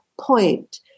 point